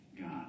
God